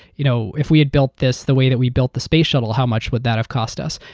you know if we had built this the way that we built the space shuttle, how much would that have cost us?